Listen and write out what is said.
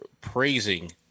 praising